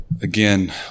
again